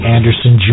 Anderson